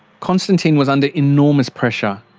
constantine was under enormous pressure.